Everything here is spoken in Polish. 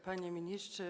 Panie Ministrze!